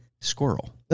squirrel